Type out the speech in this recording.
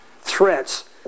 threats